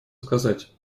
сказать